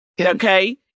Okay